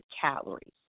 calories